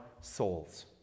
souls